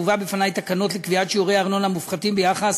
הובאו בפני תקנות לקביעת שיעורי ארנונה מופחתים ביחס